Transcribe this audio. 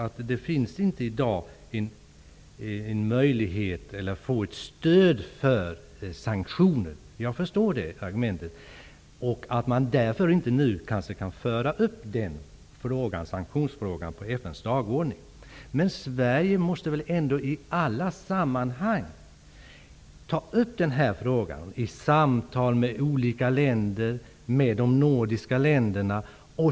I dag finns det inte möjlighet att få stöd för sanktioner, och jag förstår att man därför inte kan föra upp frågan på FN:s dagordning. Men Sverige måste väl ändå i olika sammanhang ta upp den här frågan i samtal med olika länder och med de nordiska länderna.